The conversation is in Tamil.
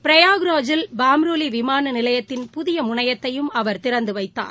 பிரயாக்ராஜில் பாம்ருலி விமான நிலையத்தின் புதிய முனையத்தையும் அவர் திறந்து வைத்தார்